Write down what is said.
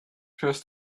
curse